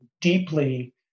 deeply